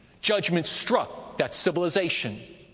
judgment struck that civilization.